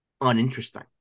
uninteresting